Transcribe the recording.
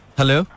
hello